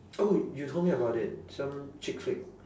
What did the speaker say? oh you told me about it some chick flick